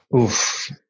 Oof